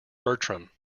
bertram